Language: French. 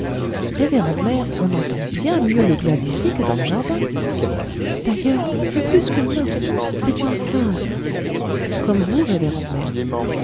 révérende mère on entend bien mieux le glas d'ici que dans le jardin d'ailleurs c'est plus qu'une morte c'est une sainte comme vous révérende mère